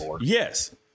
yes